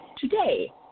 today